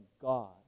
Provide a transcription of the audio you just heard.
God